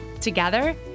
Together